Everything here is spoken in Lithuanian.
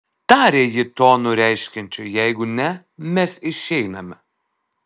tarė ji tonu reiškiančiu jeigu ne mes išeiname